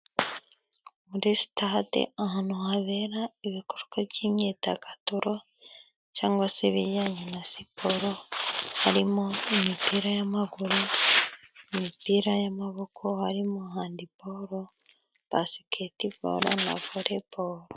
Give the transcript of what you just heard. Muri sitade ahantu habera ibikorwa by'imyidagaduro cyangwa se bijyanye na siporo, harimo imipira y'amaguru, imipira y'amaboko harimo Handiboro, Basiketiboro na Voliboro.